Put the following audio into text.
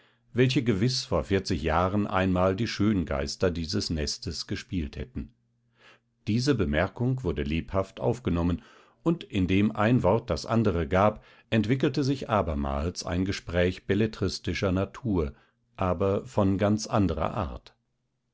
welche gewiß vor vierzig jahren einmal die schöngeister dieses nestes gespielt hätten diese bemerkung wurde lebhaft aufgenommen und indem ein wort das andere gab entwickelte sich abermals ein gespräch belletristischer natur aber von ganz anderer art